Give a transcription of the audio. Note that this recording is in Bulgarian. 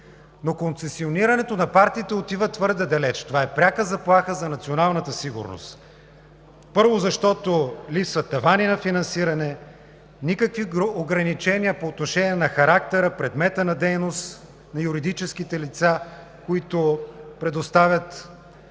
но концесионирането на партиите отива твърде далеч – това е пряка заплаха за националната сигурност, първо, защото липсват тавани на финансиране; никакви ограничения по отношение на характера, предмета на дейност на юридическите лица, които предоставят